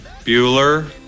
Bueller